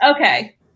Okay